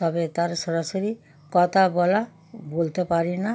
তবে তাদের সঙ্গে সরাসরি কথা বলা বলতে পারি না